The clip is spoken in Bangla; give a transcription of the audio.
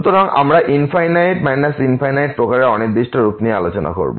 সুতরাং এখন আমরা ∞∞ প্রকারের অনির্দিষ্ট রূপ নিয়ে আলোচনা করব